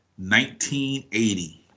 1980